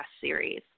series